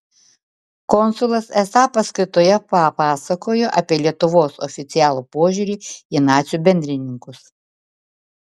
konsulas esą paskaitoje papasakojo apie lietuvos oficialų požiūrį į nacių bendrininkus